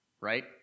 right